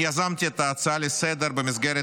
אני יזמתי את ההצעה לסדר-היום במסגרת